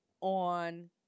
on